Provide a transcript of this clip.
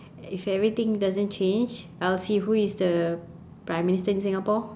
if everything doesn't change I'll see who is the prime minister in singapore